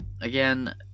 again